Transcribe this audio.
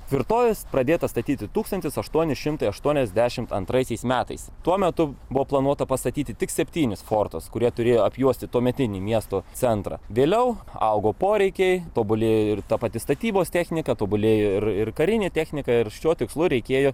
tvirtovės pradėta statyti tūkstantis aštuoni šimtai aštuoniasdešimt antraisiais metais tuo metu buvo planuota pastatyti tik septynis fortus kurie turėjo apjuosti tuometinį miesto centrą vėliau augo poreikiai tobulėjo ir ta pati statybos technika tobulėjo ir ir karinė technika ir šiuo tikslu reikėjo